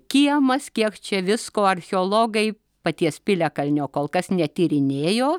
kiemas kiek čia visko archeologai paties piliakalnio kol kas netyrinėjo